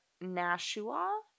Nashua